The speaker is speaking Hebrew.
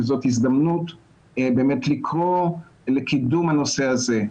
זאת הזדמנות באמת לקרוא לקידום הנושא הזה.